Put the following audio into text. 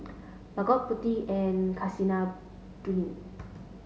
Bhagat Potti and Kasinadhuni